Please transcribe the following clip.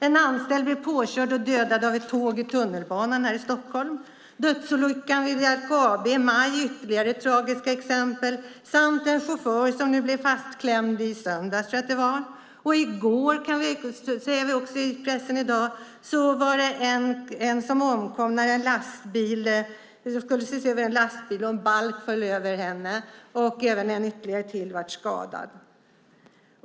En anställd blir påkörd och dödad av ett tåg i tunnelbanan här i Stockholm. Dödsolyckan vid LKAB i maj är ytterligare ett tragiskt exempel samt en chaufför som blev fastklämd nu i söndags, tror jag det var. Vi ser i pressen i dag att det i går var en kvinna som omkom när hon skulle se över en lastbil och en balk föll över henne, och även ytterligare en person blev skadad.